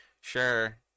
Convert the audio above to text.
sure